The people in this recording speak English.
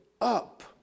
up